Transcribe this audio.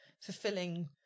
fulfilling